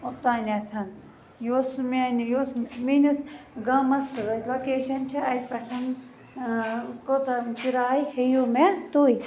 اوٚتانٮ۪تھ یۄس میٛانہِ یۄس میٛٲنِس گامَس سۭتۍ لوکیشَن چھےٚ اَتہِ پٮ۪ٹھ کۭژٕہَن کِراے ہیٚیِو مےٚ تُہۍ